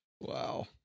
Wow